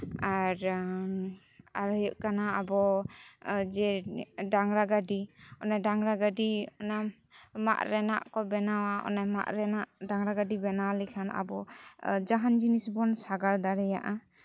ᱟᱨ ᱟᱨ ᱦᱩᱭᱩᱜ ᱠᱟᱱᱟ ᱟᱵᱚ ᱡᱮ ᱰᱟᱝᱨᱟ ᱜᱟᱹᱰᱤ ᱚᱱᱮ ᱰᱟᱝᱨᱟ ᱜᱟᱹᱰᱤ ᱚᱱᱟ ᱢᱟᱜ ᱨᱮᱱᱟᱜ ᱠᱚ ᱵᱮᱱᱟᱣᱟ ᱚᱱᱮ ᱢᱟᱜ ᱨᱮᱱᱟᱜ ᱰᱟᱝᱨᱟ ᱜᱟᱹᱰᱤ ᱵᱮᱱᱟᱣ ᱞᱮᱠᱷᱟᱱ ᱟᱵᱚ ᱡᱟᱦᱟᱱ ᱡᱤᱱᱤᱥ ᱵᱚᱱ ᱥᱟᱜᱟᱲ ᱫᱟᱲᱮᱭᱟᱜᱼᱟ